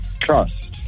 trust